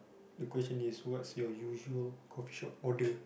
the question is what's your usual coffee shop order